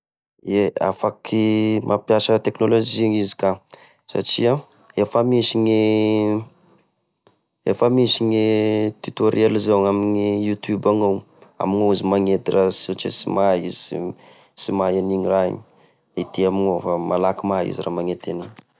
Ie, afaky mampiasa teknolojia izy ka satria efa misy gne, efa misy gne tutoriel zao gn'amine youtube gnao amignao izy magnety raha satria sy mahay izy, sy mahay an'igny raha igny, ite amignao fa malaky mahay izy raha magnety an'igny.